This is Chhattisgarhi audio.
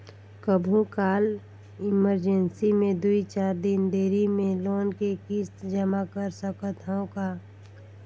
कभू काल इमरजेंसी मे दुई चार दिन देरी मे लोन के किस्त जमा कर सकत हवं का?